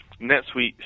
NetSuite